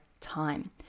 time